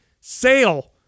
sale